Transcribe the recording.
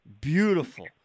Beautiful